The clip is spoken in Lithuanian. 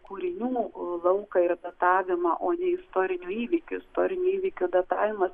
kūrinių lauką ir datavimą o ne istorinių įvykių istorinių įvykių datavimas